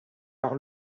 par